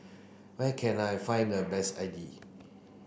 where can I find the best Idili